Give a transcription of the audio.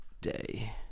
day